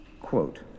Quote